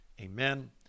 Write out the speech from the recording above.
Amen